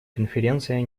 конференция